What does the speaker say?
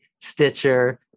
Stitcher